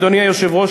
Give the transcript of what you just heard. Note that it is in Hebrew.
אדוני היושב-ראש,